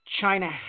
China